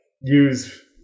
use